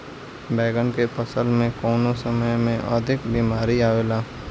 बैगन के फसल में कवने समय में अधिक बीमारी आवेला?